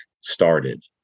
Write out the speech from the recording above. started